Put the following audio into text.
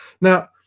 Now